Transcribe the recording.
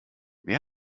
wer